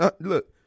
Look